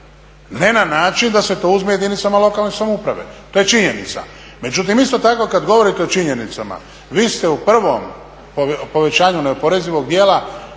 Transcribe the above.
Ne na način da se to uzme jedinicama lokalne samouprave. To je činjenica. Međutim, isto tako kada govorite o činjenicama, vi ste u prvom povećanju neoporezivog dijela